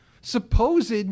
supposed